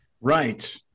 Right